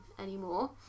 anymore